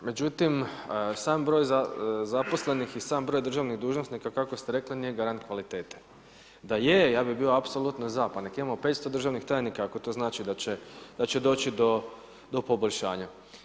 Međutim, sam broj zaposlenih i sam broj državnih dužnosnika, kako ste rekli, nije garant kvalitete, da je, ja bi bio apsolutno za, pa nek imamo 500 državnih tajnika ako to znači da će doći do poboljšanja.